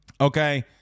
okay